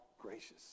gracious